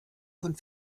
von